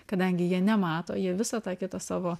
kadangi jie nemato jie visą tą kitą savo